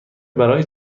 برای